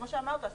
כמו שאמרת,